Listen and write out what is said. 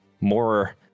more